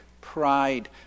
pride